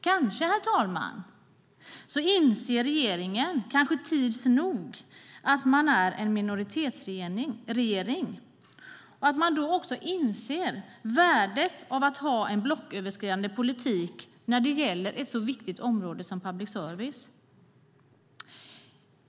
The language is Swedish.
Kanske, herr talman, inser regeringen tids nog att man är en minoritetsregering och förstår värdet av att ha en blocköverskridande politik när det gäller ett så viktigt område som public service.